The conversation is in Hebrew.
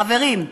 חברים,